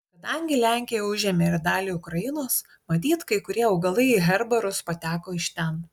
kadangi lenkija užėmė ir dalį ukrainos matyt kai kurie augalai į herbarus pateko iš ten